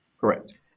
Correct